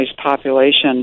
population